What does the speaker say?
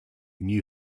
new